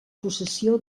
possessió